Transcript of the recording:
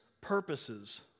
purposes